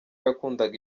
yakundaga